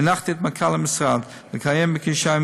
הנחיתי את מנכ"ל המשרד לקיים פגישה עם